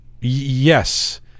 Yes